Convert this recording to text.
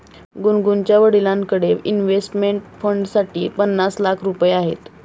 गुनगुनच्या वडिलांकडे इन्व्हेस्टमेंट फंडसाठी पन्नास लाख रुपये आहेत